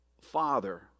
father